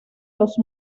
los